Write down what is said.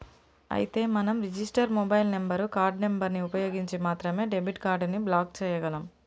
అయితే మనం register mobile number card number ని ఉపయోగించి మాత్రమే డెబిట్ కార్డు ని బ్లాక్ చేయగలం